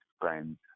friends